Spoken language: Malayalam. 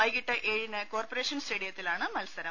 വൈകീട്ട് ഏഴിന് കോർപ്പറേഷൻ സ്റ്റേഡിയത്തിലാണ് മത്സരം